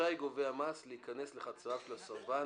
רשאי גובה המס להיכנס לחצריו של הסרבן